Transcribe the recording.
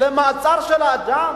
למעצר של האדם,